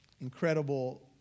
incredible